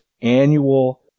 annual